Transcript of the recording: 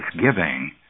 giving